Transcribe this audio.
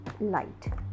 light